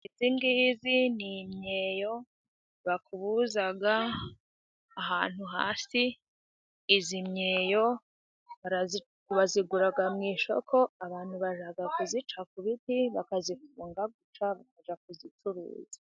Iyingiyi ni imyeyo bakubuza ahantu hasi, iyi myeyo barayigura mu isoko, abantu bajya kuyica ku biti bakayifunga gutya, bakajya kuyicuruza.